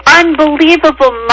unbelievable